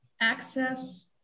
access